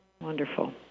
Wonderful